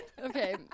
okay